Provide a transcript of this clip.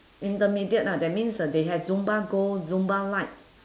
intermediate lah that means uh they have zumba gold zumba light